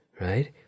right